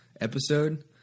episode